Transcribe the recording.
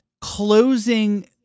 closing